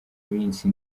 minsi